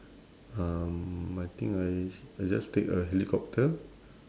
um I think I I just take a helicopter